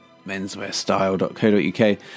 Menswearstyle.co.uk